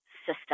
system